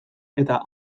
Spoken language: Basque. eta